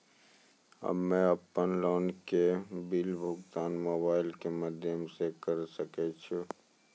हम्मे अपन लोन के बिल भुगतान मोबाइल के माध्यम से करऽ सके छी?